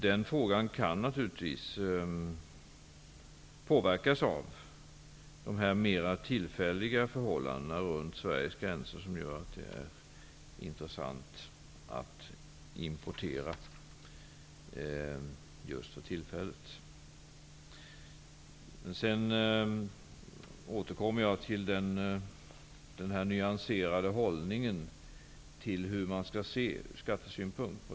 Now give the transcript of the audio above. Den frågan kan naturligtvis påverkas av de mera tillfälliga förhållanden runt Sveriges gränser som gör att det just för närvarande är intressant att importera torv. Jag återkommer till den nyanserade hållningen till denna fråga ur skattesynpunkt.